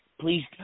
Please